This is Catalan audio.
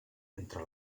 entre